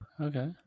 Okay